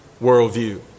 worldview